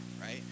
right